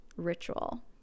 ritual